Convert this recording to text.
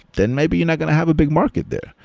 then maybe you're not going to have a big market there.